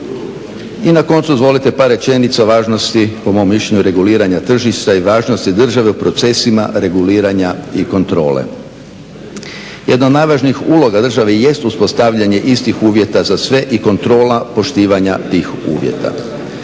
I na koncu dozvolite par rečenica o važnosti po mom mišljenju reguliranja tržišta i važnosti države u procesima reguliranja i kontrole. Jedna od najvažnijih uloga države jest uspostavljanje istih uvjeta za sve i kontrola poštivanja tih uvjeta.